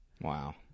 Wow